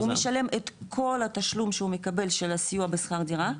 הוא משלם את כל התשלום שהוא מקבל של הסיוע בשכר דירה,